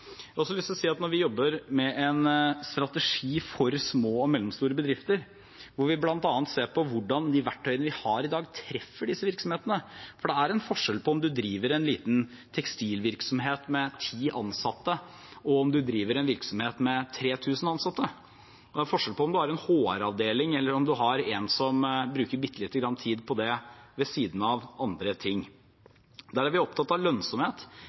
Jeg har også lyst til å si at når vi jobber med en strategi for små og mellomstore bedrifter, hvor vi bl.a. ser på hvordan de verktøyene vi har i dag, treffer disse virksomhetene – for det er en forskjell på å drive en liten tekstilvirksomhet med ti ansatte og å drive en virksomhet med 3 000 ansatte, og det er forskjell på å ha en HR-avdeling eller å ha en som bruker lite grann tid på det ved siden av andre ting – så er vi opptatt av lønnsomhet.